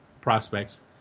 prospects